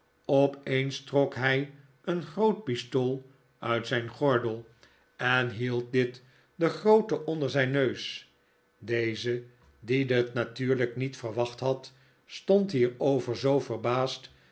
opeens trok hij een groot pistool uit zijn gordel en hield dit den grooten onder zijn neus deze die dit natuurlijk niet verwacht had stond hierover zoo verbaasd